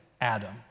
Adam